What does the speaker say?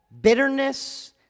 Bitterness